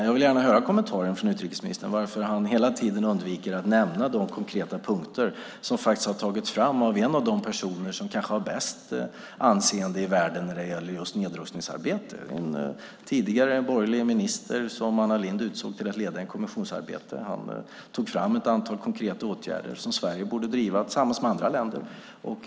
Jag vill gärna höra en kommentar från utrikesministern om varför han hela tiden undviker att nämna de konkreta punkter som har tagits fram av en av de personer som kanske har bästa anseendet i världen när det gäller just nedrustningsarbete - en tidigare borgerlig minister som Anna Lindh utsåg till att leda ett kommissionsarbete. Han tog fram ett antal förslag om konkreta åtgärder, något som Sverige tillsammans med andra länder borde driva.